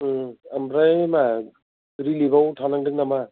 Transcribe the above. ओं ओमफ्राय मा रिलिफ आव थानांगोन नामा